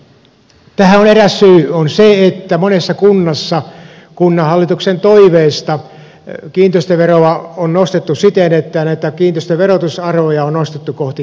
tähän eräs syy on se että monessa kunnassa kunnanhallituksen toiveesta kiinteistöveroa on nostettu siten että näitä kiinteistön verotusarvoja on nostettu kohti käypää arvoa